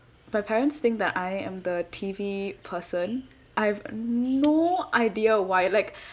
my parents think that I am the T_V person I have no idea why like